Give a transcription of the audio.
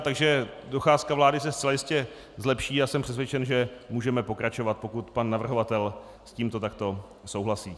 Takže docházka vláda se zcela jistě zlepší a jsem přesvědčen, že můžeme pokračovat, pokud pan navrhovatel s tímto takto souhlasí.